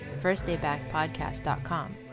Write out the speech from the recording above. firstdaybackpodcast.com